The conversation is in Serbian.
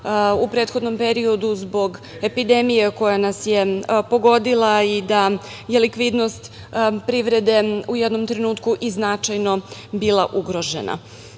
u prethodnom periodu zbog epidemije koja nas je pogodila i da je likvidnost privrede u jednom trenutku i značajno bila ugrožena.